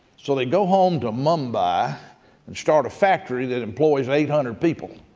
so they go home to mumbai and start a factory that employs eight hundred people,